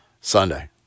Sunday